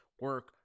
Work